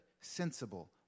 sensible